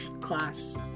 class